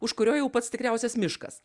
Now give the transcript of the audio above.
už kurio jau pats tikriausias miškas